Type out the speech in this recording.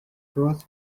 cross